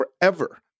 forever